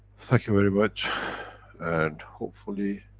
thank you very much and hopefully,